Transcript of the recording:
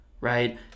right